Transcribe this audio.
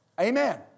Amen